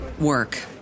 work